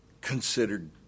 considered